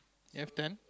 have done